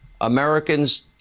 Americans